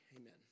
amen